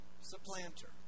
Supplanter